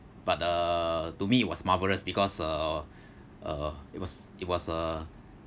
but uh to me it was marvellous because uh uh it was it was a